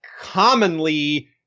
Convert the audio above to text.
Commonly